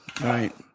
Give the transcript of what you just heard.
Right